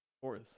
fourth